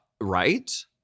right